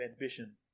ambition